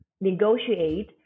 negotiate